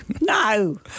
no